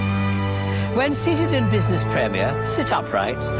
when seated in business premier, sit upright,